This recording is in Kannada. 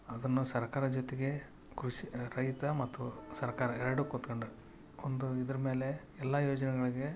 ಅದನ್ನು ಸರ್ಕಾರ ಜೊತೆಗೆ ಕೃಷಿ ರೈತ ಮತ್ತು ಸರ್ಕಾರ ಎರಡು ಕುತ್ಕೊಂಡು ಒಂದು ಇದರ ಮೇಲೆ ಎಲ್ಲ ಯೋಜನೆಗಳಿಗೆ